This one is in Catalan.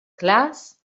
clars